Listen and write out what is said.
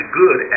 good